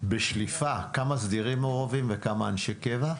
בשליפה כמה סדירים מעורבים וכמה אנשי קבע?